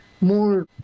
more